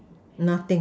nothing